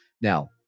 Now